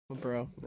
Bro